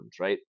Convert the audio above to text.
right